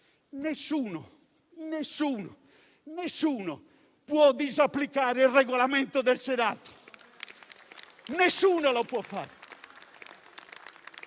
Nessuno, nessuno, nessuno può disapplicare il Regolamento del Senato.